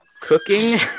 Cooking